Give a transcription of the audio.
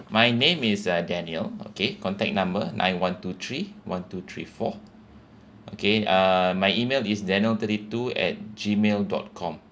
my name is uh daniel okay contact number nine one two three one two three four okay uh my email is daniel thirty two at gmail dot com